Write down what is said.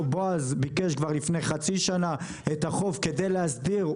בועז ביקש כבר לפני חצי שנה את החוף כדי להסדיר,